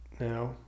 Now